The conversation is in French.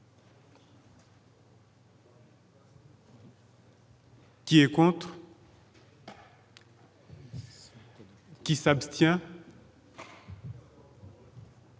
Qui est contre qui s'abstient,